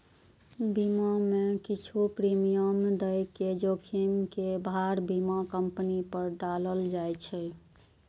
बीमा मे किछु प्रीमियम दए के जोखिम के भार बीमा कंपनी पर डालल जाए छै